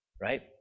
right